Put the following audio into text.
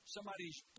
Somebody's